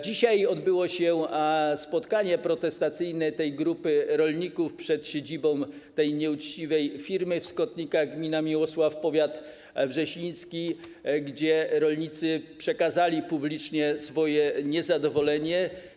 Dzisiaj odbyło się spotkanie protestacyjne tej grupy rolników przed siedzibą tej nieuczciwej firmy w Skotnikach, gmina Miłosław, powiat wrzesiński, gdzie rolnicy wyrazili publicznie swoje niezadowolenie.